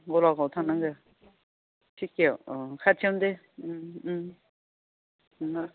गलागावआव थांनांगो थिखियाव अह खाथियावनो दे ओम ओम नोंना